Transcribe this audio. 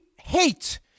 hate